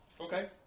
Okay